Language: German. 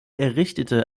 errichtete